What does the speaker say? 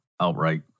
outright